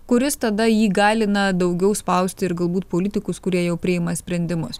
kuris tada ji įgalina daugiau spausti ir galbūt politikus kurie jau priima sprendimus